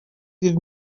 give